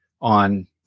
on